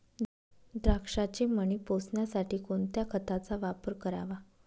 द्राक्षाचे मणी पोसण्यासाठी कोणत्या खताचा वापर करावा?